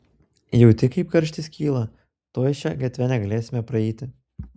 jauti kaip karštis kyla tuoj šia gatve negalėsime praeiti